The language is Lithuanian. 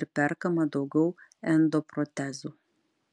ir perkama daugiau endoprotezų